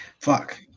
Fuck